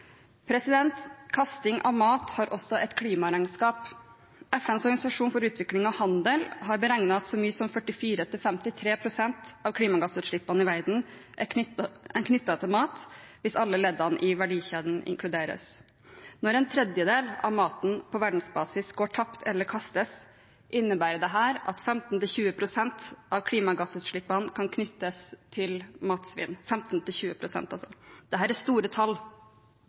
Kasting av mat har også et klimaregnskap. FNs organisasjon for utvikling og handel har beregnet at så mye som 44–53 pst. av klimagassutslippene i verden er knyttet til mat, hvis alle leddene i verdikjeden inkluderes. Når en tredjedel av maten på verdensbasis går tapt eller kastes, innebærer dette at 15–20 pst. av klimagassutslippene kan knyttes til matsvinn. Dette er store tall. Derfor er